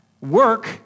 Work